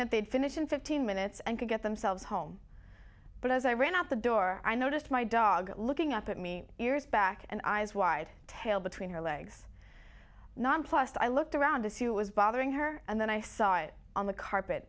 that they'd finish in fifteen minutes and get themselves home but as i ran out the door i noticed my dog looking up at me ears back and eyes wide tail between her legs nonplussed i looked around to see what was bothering her and then i saw it on the carpet